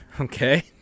Okay